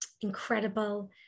incredible